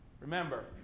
Remember